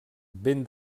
ben